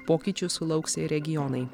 pokyčių sulauks ir regionai